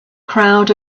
crowd